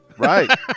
Right